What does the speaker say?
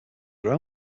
their